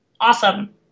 Awesome